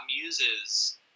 muses